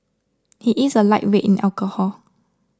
he is a lightweight in alcohol